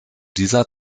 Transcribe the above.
dieser